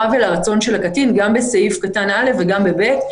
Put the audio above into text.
ולרצון של הקטין גם בסעיף קטן (א) וגם ב-(ב).